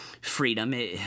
freedom